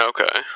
Okay